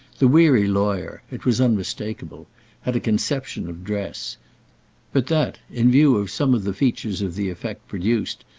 the weary lawyer it was unmistakeable had a conception of dress but that, in view of some of the features of the effect produced,